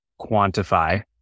quantify